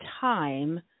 time